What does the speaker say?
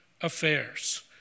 affairs